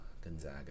Gonzaga